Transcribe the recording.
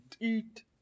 eat